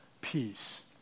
Peace